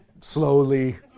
slowly